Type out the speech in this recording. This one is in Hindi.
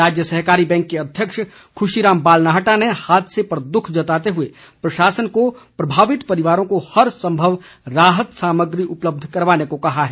राज्य सहकारी बैंक के अध्यक्ष ख्रशीराम बालनाहटा ने हादसे पर दुख जताते हुए प्रशासन को प्रभावित परिवारों को हर संभव राहत सामग्री उपलब्ध करवाने को कहा है